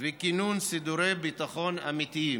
וכינון סידורי ביטחון אמיתיים.